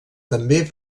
també